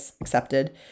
accepted